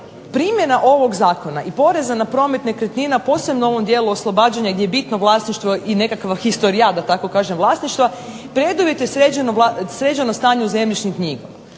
primjena ovog zakona i poreza na promet nekretnina posebno u ovom dijelu oslobađanje i gdje je bitno vlasništvo i nekakva historijat da kažem vlasništva, preduvjet je sređeno stanje u zemljišnim knjigama.